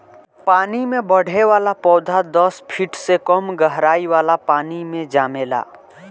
पानी में बढ़े वाला पौधा दस फिट से कम गहराई वाला पानी मे जामेला